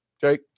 Jake